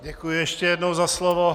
Děkuji ještě jednou za slovo.